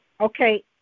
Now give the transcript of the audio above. Okay